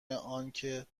انکه